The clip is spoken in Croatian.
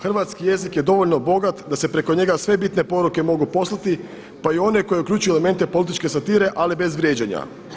Hrvatski jezik je dovoljno bogat da se preko njega sve bitne poruke mogu poslati pa i one koje uključuju elemente političke satire ali bez vrijeđanja.